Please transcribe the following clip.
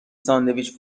ساندویچ